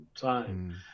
time